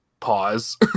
pause